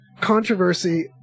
controversy